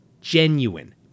genuine